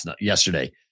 yesterday